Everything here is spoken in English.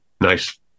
Nice